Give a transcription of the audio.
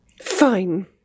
Fine